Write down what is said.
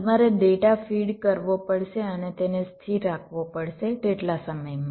તમારે data feed કરવો પડશે અને તેને સ્થિર રાખવો પડશે તેટલા સમય માટે